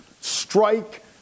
strike